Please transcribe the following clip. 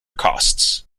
costs